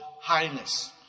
Highness